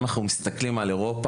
אם אנחנו מסתכלים על אירופה,